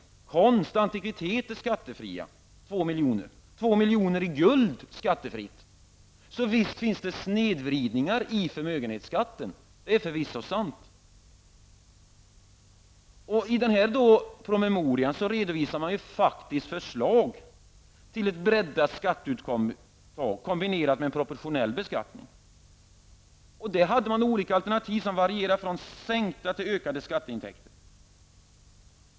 Likaså är konst och antikviteter för 2 milj.kr. skattefria, och 2 milj.kr. i guld är skattefritt. Visst finns det snedvridningar i förmögenhetsskatten. Det är förvisso sant. I departementspromemorian redovisas ett faktiskt förslag till ett breddat skatteuttag kombinerat med en proportionell beskattning. Där hade man olika alternativ som varierade från sänkta till ökade skatteintäkter.